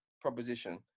proposition